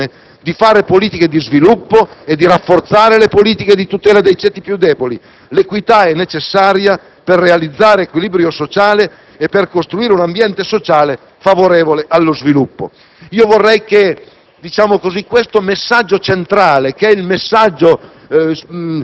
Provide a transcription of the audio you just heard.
Il risanamento è necessario per consentire alla pubblica amministrazione di attuare politiche di sviluppo e di rafforzare le politiche di tutela dei ceti più deboli. L'equità è necessaria per realizzare l'equilibrio sociale e costruire un ambiente sociale favorevole allo sviluppo.